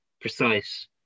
precise